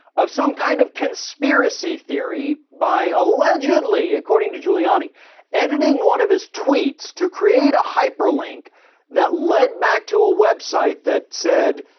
some kind of conspiracy theory by allegedly according to giuliani editing one of his tweets to create a hyperlink that lead back to a website that said,